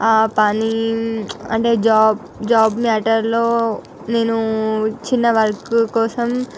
ఆ పని అంటే జాబ్ జాబ్ మ్యాటర్లో నేను చిన్న వర్క్ కోసం